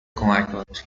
کمکهات